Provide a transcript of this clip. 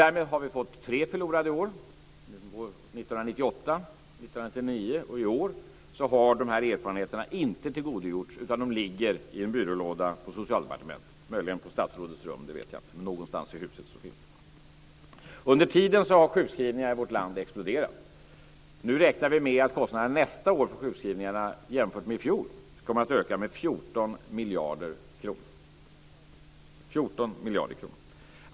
Därmed har vi fått tre förlorade år, 1998, 1999 och i år, då de här erfarenheterna inte tillgodogjorts. De ligger i en byrålåda på Socialdepartementet, möjligen på statsrådets rum, det vet jag inte, men någonstans i huset finns de. Under tiden har antalet sjukskrivningar i vårt land exploderat. Nu räknar vi med att kostnaderna för sjukskrivningar nästa år jämfört med i fjol kommer att öka med 14 miljarder kronor.